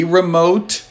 remote